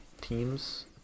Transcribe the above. teams